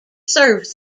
serves